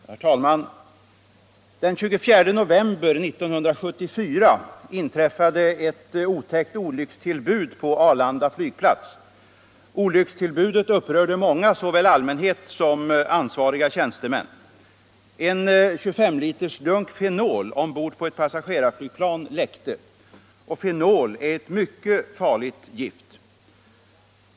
Herr talman! Den 24 november 1974 inträffade ett otäckt olyckstillbud på Arlanda flygplats. Olyckstillbudet upprörde många, såväl allmänhet som ansvariga tjänstemän. En 2S-litersdunk fenol ombord på ett passagerarflygplan läckte — fenol är ett mycket farligt gift.